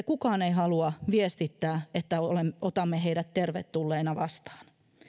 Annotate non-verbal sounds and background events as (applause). (unintelligible) kukaan ei halua viestittää että otamme heidät tervetulleina vastaan